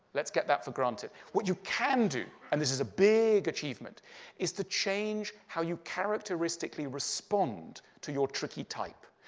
let's get that for granted. what you can do and this is a big achievement is to change how you characteristically respond to your tricky type.